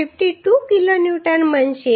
52 kilonewton બનશે